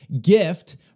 gift